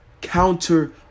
counter